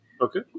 Okay